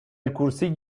الكرسي